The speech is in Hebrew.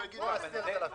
אנחנו רוצים קצת זמן.